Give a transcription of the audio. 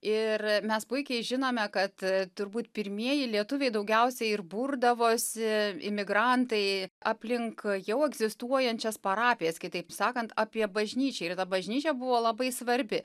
ir mes puikiai žinome kad turbūt pirmieji lietuviai daugiausiai ir burdavosi imigrantai aplink jau egzistuojančias parapijas kitaip sakant apie bažnyčią ir ta bažnyčia buvo labai svarbi